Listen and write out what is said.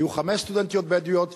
היו חמש סטודנטיות בדואיות.